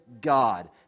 God